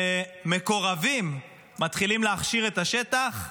שמקורבים מתחילים להכשיר את השטח ולהגיד: